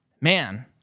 man